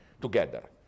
together